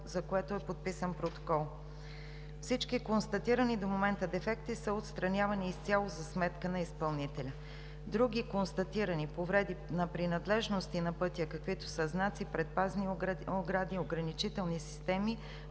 за което е подписан протокол. Всички констатирани до момента дефекти са отстранявани изцяло за сметка на изпълнителя. Другите констатирани повреди на принадлежности на пътя, каквито са: знаци, предпазни огради, ограничителни системи,